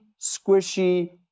squishy